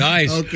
Nice